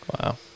Wow